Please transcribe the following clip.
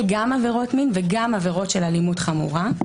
גם עבירות מין וגם עבירות של אלימות חמורה.